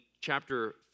chapter